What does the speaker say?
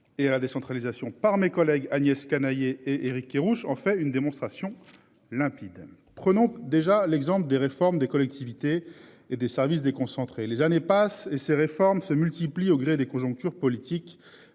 Et à la décentralisation par mes collègues Agnès Canayer Éric Kerrouche en fait une démonstration limpide. Prenons déjà l'exemple des réformes des collectivités et des services déconcentrés. Les années passent et ces réformes se multiplient au gré des conjonctures politiques